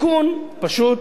תיקון פשוט,